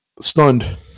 stunned